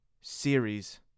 series